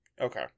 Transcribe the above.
Okay